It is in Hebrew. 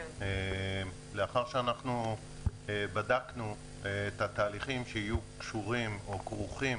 לאחר שבדקנו את התהליכים שיהיו כרוכים